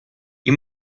you